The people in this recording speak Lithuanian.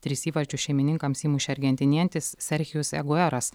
tris įvarčius šeimininkams įmušė argentinietis serchijus egueras